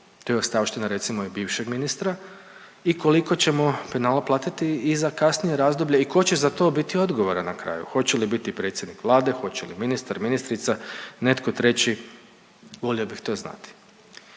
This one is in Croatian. To je ostavština recimo i bivšeg ministra i koliko ćemo penala platiti i za kasnije razdoblje i tko će za to biti odgovoran na kraju hoće li biti predsjednik Vlade, hoće li ministar, ministrica, netko treći, volio bih to znati.